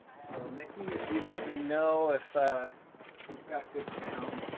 so, miki if you let me know if we've got good sound,